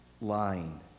lying